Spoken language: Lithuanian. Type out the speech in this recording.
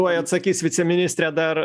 tuoj atsakys viceministrė dar